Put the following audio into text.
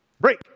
Break